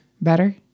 Better